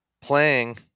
Playing